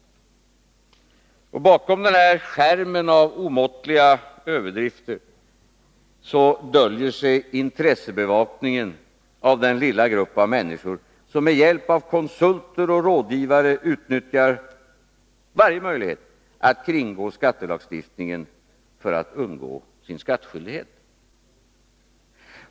Bakom den här skärmen av omåttliga överdrifter döljer sig intressebevakningen av den lilla grupp av människor som med hjälp av konsulter och rådgivare utnyttjar varje möjlighet att kringgå skattelagstiftningen för att undgå sin skattskyldighet.